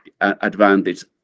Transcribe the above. advantage